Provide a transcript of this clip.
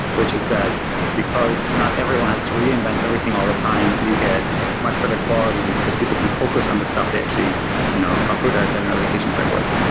which is that because not everyone has to reinvent everything all the time you get much better quality, because people can focus on the stuff they actually you know are good at as an application framework.